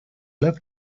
love